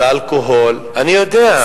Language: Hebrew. ואלכוהול, אני יודע.